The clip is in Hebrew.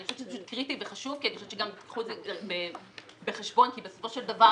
אני חושבת שקריטי וחשוב וקחו את זה בחשבון כי בסופו של דבר